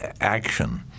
action